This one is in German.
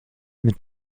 mit